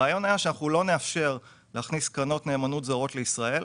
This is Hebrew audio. הרעיון היה שלא נאפשר להכניס קרנות נאמנות זרות לישראל,